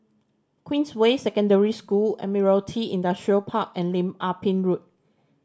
Queensway Secondary School Admiralty Industrial Park and Lim Ah Pin Road